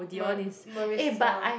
Mar~ Marissa